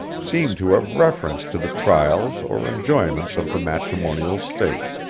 seemed to have reference to the trials or enjoyments of the matrimonial state.